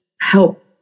help